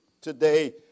today